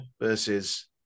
versus